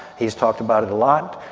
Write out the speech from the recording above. he's talked about it a lot.